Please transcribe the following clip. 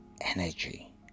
energy